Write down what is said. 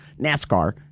NASCAR